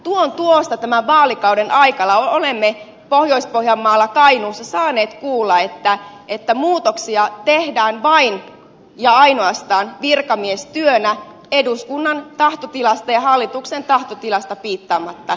tuon tuosta tämän vaalikauden aikana olemme pohjois pohjanmaalla ja kainuussa saaneet kuulla että muutoksia tehdään vain ja ainoastaan virkamiestyönä eduskunnan ja hallituksen tahtotilasta piittaamatta